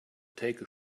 take